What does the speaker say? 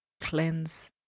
cleanse